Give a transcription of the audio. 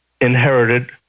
inherited